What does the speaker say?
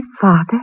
father